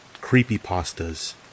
creepypastas